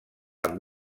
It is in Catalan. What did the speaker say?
amb